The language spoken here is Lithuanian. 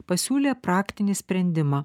pasiūlė praktinį sprendimą